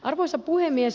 arvoisa puhemies